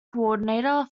coordinator